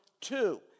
two